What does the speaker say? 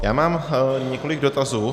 Já vám několik dotazů.